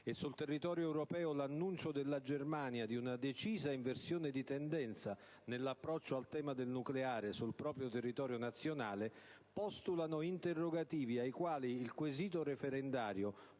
e, sul territorio europeo, l'annuncio della Germania di una decisa inversione di tendenza nell'approccio al tema del nucleare sul proprio territorio nazionale, postulano interrogativi ai quali il quesito referendario,